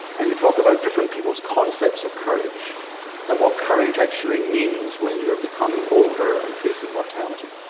and you talk about different people's concepts of courage and what courage actually means when you are becoming older and facing mortality.